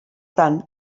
tant